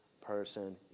person